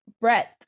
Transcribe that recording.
breath